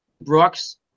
Brooks